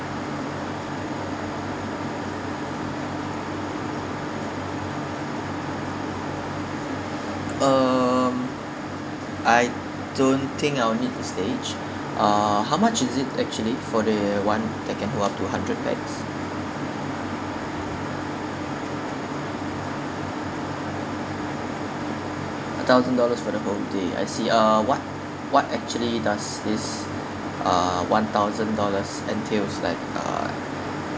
um I don't think I will need a stage uh how much is it actually for the one that can hold up to hundred pax a thousand dollars for the whole day I see uh what what actually does this uh one thousand dollars entails like uh